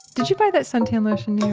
did you buy that suntan lotion,